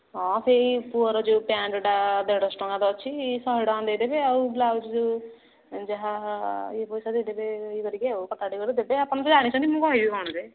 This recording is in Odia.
ହଁ ସେଇ ପୁଅର ଯେଉଁ ପ୍ୟାଣ୍ଟ୍ଟା ଦେଢ଼ଶହ ଟଙ୍କା ଅଛି ଶହେ ଟଙ୍କା ଦେଇଦେବେ ଆଉ ବ୍ଲାଉଜ୍ ଯାହା ଇଏ ପଇସା ଦେଇଦେବେ ଇଏ କରିକି ଆଉ କଟାକଟି କରି ଦେବେ ଆପଣ ତ ଜାଣିଛନ୍ତି ମୁଁ କହିବି କ'ଣ ଯେ